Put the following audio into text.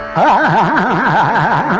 aa